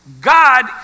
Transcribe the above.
God